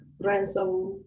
ransom